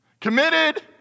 Committed